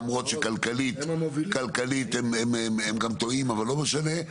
למרות שכלכלית הם גם טועים אבל לא משנה,